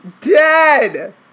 dead